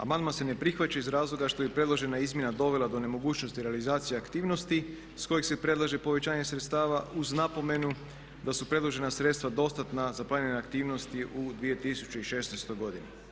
Amandman se ne prihvaća iz razloga što bi predložena izmjena dovela do nemogućnosti realizacije aktivnosti iz kojih se predlaže povećanje sredstava uz napomenu da su predložena sredstva dostatna za planirane aktivnosti u 2016. godini.